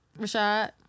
Rashad